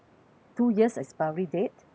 two years expiry date